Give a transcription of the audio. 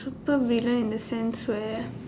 supervillain in the sense where